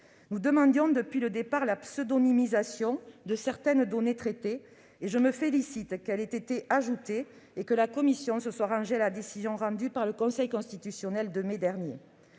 Nous demandions depuis le départ la pseudonymisation de certaines données traitées. Je me félicite de ce qu'elle ait été ajoutée et que la commission se soit rangée à la décision rendue par le Conseil constitutionnel en mai dernier.